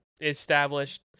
Established